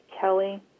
Kelly